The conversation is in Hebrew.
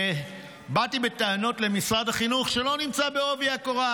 ובאתי בטענות למשרד החינוך, שלא נכנס בעובי הקורה.